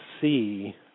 see